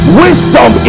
wisdom